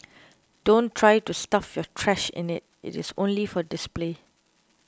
don't try to stuff your trash in it it is only for display